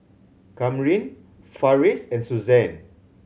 Kamryn Farris and Suzann